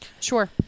sure